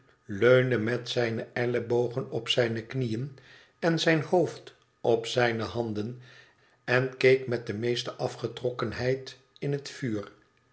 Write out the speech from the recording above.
met zijne ellebogen op zijne knieén en zijn hoofd op zijne handen en keek met de meeste afgetrokkenheid in het vanr